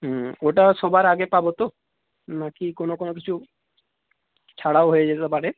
হুম ওটা সবার আগে পাব তো না কি কোনো কোনো কিছু ছাড়াও হয়ে যেতে পারে